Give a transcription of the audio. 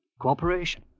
Cooperation